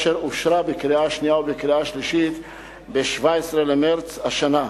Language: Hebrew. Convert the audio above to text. אשר אושרה בקריאה השנייה ובקריאה השלישית ב-17 במרס השנה.